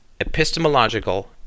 epistemological